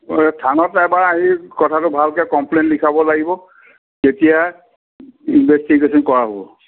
আ থানাত এবাৰ আহি কথাটো ভালকৈ কম্প্লেইণ লিখাব লাগিব তেতিয়া ইন্ভেষ্টিগেশ্যন কৰা হ'ব